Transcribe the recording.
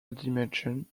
dimension